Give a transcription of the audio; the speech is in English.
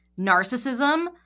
narcissism